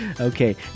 Okay